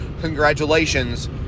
congratulations